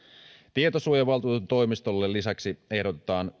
tietosuojavaltuutetun toimistolle ehdotetaan